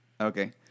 Okay